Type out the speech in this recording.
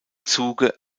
zuge